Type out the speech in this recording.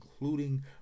including